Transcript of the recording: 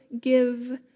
give